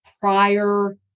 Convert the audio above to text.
prior